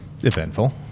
Eventful